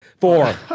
Four